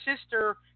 sister